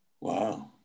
Wow